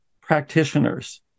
practitioners